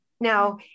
Now